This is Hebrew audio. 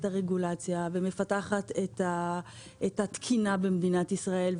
הרגולציה ומפתחת את התקינה במדינת ישראל,